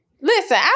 listen